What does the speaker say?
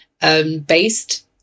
based